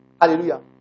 Hallelujah